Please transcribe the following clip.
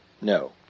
No